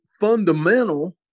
fundamental